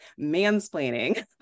mansplaining